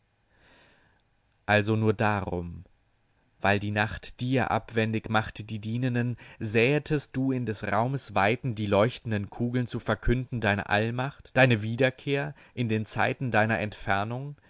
also nur darum weil die nacht dir abwendig macht die dienenden säetest du in des raumes weiten die leuchtenden kugeln zu verkünden deine allmacht deine wiederkehr in den zeiten deiner entfernung